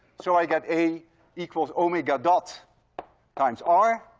so i get a equals omega dot times r,